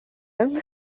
him